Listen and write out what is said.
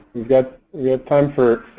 we've got yeah time for